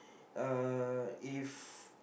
uh if